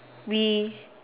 we